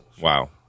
Wow